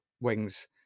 wings